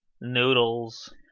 noodles